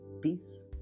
peace